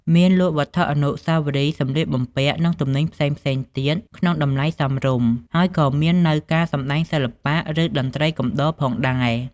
មានលក់វត្ថុអនុស្សាវរីយ៍ សម្លៀកបំពាក់ និងទំនិញផ្សេងៗទៀតក្នុងតម្លៃសមរម្យ ហើយក៏មាននូវការសម្ដែងសិល្បៈ ឬតន្ត្រីកំដរផងដែរ ។